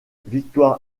victoire